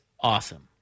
awesome